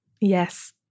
yes